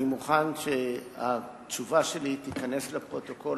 אני מוכן שהתשובה שלי תיכנס לפרוטוקול,